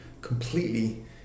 completely